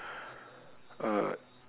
uh